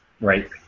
right